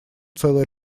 целый